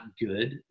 good